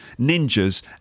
ninjas